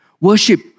Worship